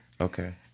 Okay